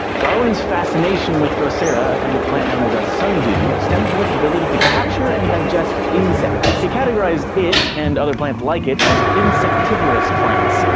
darwin's fascination with drosera, a kind of plant known as a sundew, stemmed from its ability to capture and digest insects. he categorized it, and other plants like it, as insectivorous plants.